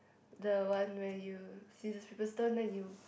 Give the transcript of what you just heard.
the one where you scissors paper stone then you